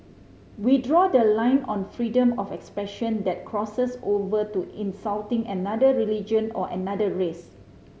we draw the line on freedom of expression that crosses over to insulting another religion or another race